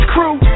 Crew